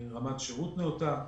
רמת שרות נאותה.